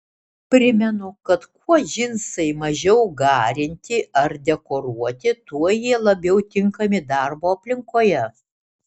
primenu kad kuo džinsai mažiau garinti ar dekoruoti tuo jie labiau tinkami darbo aplinkoje